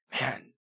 man